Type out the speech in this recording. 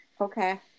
Okay